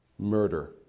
murder